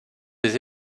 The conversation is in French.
des